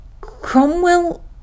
Cromwell